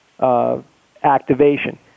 activation